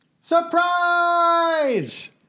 Surprise